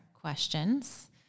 questions